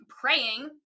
praying